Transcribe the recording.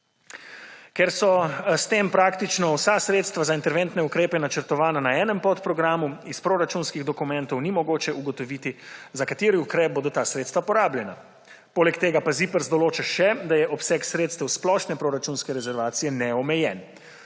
Ker so s tem praktično vsa sredstva za interventne ukrepe načrtovana na enem podprogramu, iz proračunskih dokumentov ni mogoče ugotoviti, za kateri ukrep bodo ta sredstva porabljena. Poleg pa tega pa ZIPRS določa še, da je obseg sredstev splošne proračunske rezervacije neomejen.